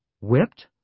Whipped